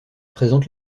présente